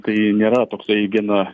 tai nėra toksai viena